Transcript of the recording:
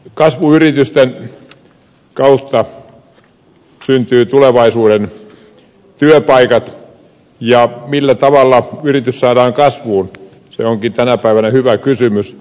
kasvuyritysten kautta syntyvät tulevaisuuden työpaikat ja millä tavalla yritys saadaan kasvuun se onkin tänä päivänä hyvä kysymys